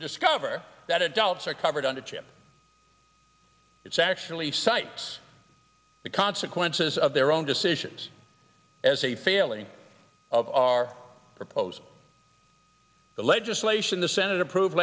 discover that adults are covered under a chip it's actually cites the consequences of their own decisions as a failing of our proposed legislation the senate approve